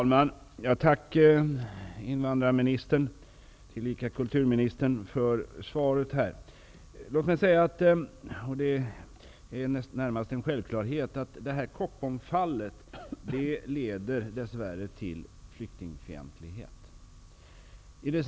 Herr talman! Jag tackar invandrarministern, tillika kulturministern, för svaret. Det är närmast en självklarhet att Koppomfallet dess värre leder till flyktingfientlighet.